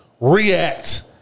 React